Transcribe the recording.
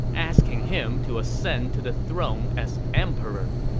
asking him to ascend to the throne as emperor.